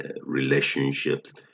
relationships